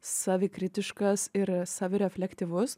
savikritiškas ir savireflektyvus